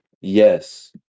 Yes